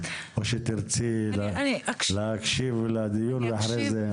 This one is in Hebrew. או שתרצי להקשיב לדיון ואחרי זה לדבר?